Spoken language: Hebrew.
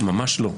ממש לא.